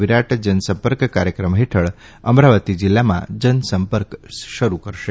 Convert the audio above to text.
વિરાટ જનસંપર્ક કાર્યક્રમ હેઠળ અમરાવતી જિલ્લામાં જનસંપર્ક શરૂ કરશે